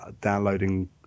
downloading